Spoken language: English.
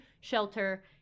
shelter